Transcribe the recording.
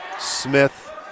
Smith